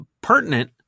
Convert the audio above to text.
pertinent